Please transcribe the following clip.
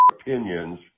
opinions